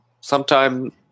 sometime